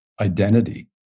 identity